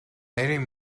нарийн